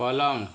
पलंग